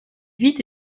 huit